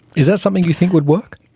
is that something you think would work?